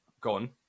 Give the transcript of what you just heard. gone